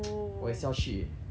我也是要去 eh